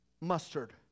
mustard